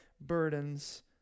burdens